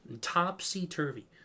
Topsy-Turvy